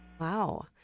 wow